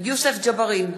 יוסף ג'בארין,